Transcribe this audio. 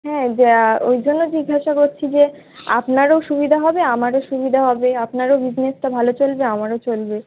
হ্যাঁ যা ওই জন্য জিজ্ঞাসা করছি যে আপনারও সুবিধা হবে আমারও সুবিধা হবে আপনারও বিসনেসটা ভালো চলবে আমারও চলবে